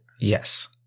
Yes